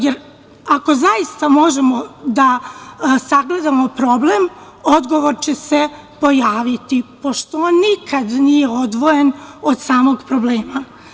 Jer, tek ako zaista možemo da sagledamo problem, odgovor će se pojaviti, pošto on nikad nije odvojen od samog problema.